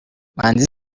manzi